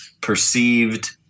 perceived